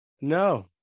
No